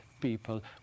people